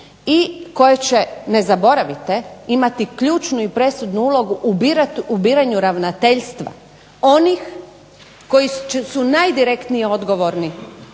i koja će ne zaboravite imati ključnu i presudnu ulogu u biranju ravnateljstva, onih koji su najdirektnije odgovorni